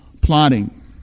plotting